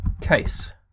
case